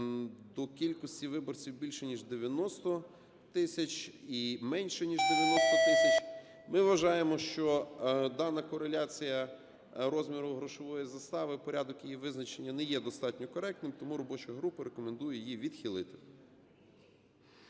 до кількості виборців: більше ніж 90 тисяч і менше ніж 90 тисяч. Ми вважаємо, що дана кореляція розміру грошової застави і порядок її визначення не є достатньо коректною. Тому робоча група рекомендує її відхилити.